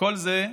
כל זה,